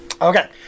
Okay